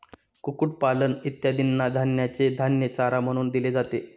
कुक्कुटपालन इत्यादींना धान्याचे धान्य चारा म्हणून दिले जाते